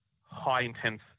high-intense